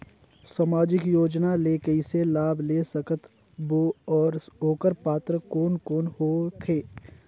समाजिक योजना ले कइसे लाभ ले सकत बो और ओकर पात्र कोन कोन हो थे?